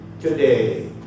Today